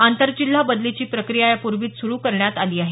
आंतरजिल्हा बदलीची प्रक्रिया यापूर्वीच सुरु करण्यात आली आहे